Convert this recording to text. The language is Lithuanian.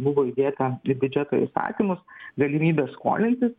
buvo įdėta į biudžeto įstatymus galimybė skolintis